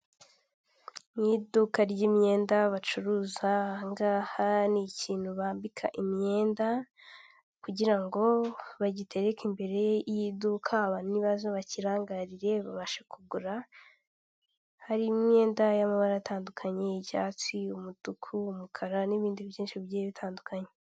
Umugabo wambaye ingofero y'ubururu amadarubindi, uri guseka wambaye umupira wumweru ndetse ufite mudasobwa mu ntoki ze. Ari ku gapapuro k'ubururu kandidikishijweho amagambo yumweru ndetse n'ayumuhondo yanditswe mu kirimi cyamahanga cyicyongereza.